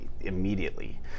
immediately